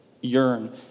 yearn